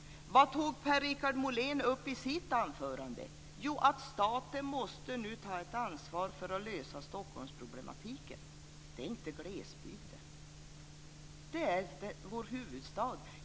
Vad tog Per-Richard Molén upp i sitt anförande? Jo, att staten nu måste ta ett ansvar för att lösa Stockholmsproblematiken. Det är inte glesbygden. Det är vår huvudstad.